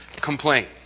complaint